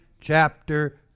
chapter